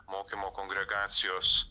mokymo kongregacijos